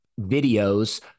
videos